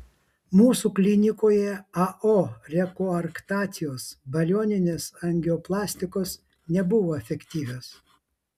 mūsų klinikoje ao rekoarktacijos balioninės angioplastikos nebuvo efektyvios